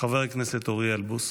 חבר הכנסת אוריאל בוסו.